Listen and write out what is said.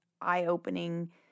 eye-opening